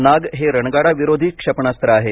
नाग हे रणगाडा विरोधी क्षेपणास्त्र आहे